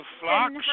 flocks